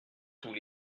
tous